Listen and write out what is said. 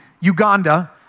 Uganda